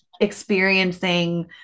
experiencing